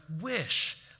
wish